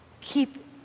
keep